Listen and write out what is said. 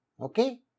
Okay